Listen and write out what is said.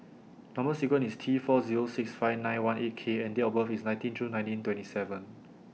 Number sequence IS T four Zero six five nine one eight K and Date of birth IS nineteen June nineteen twenty seven